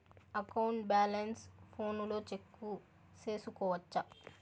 account balance ఫోనులో check సేసుకోవచ్చా